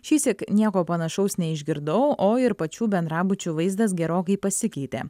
šįsyk nieko panašaus neišgirdau o ir pačių bendrabučių vaizdas gerokai pasikeitė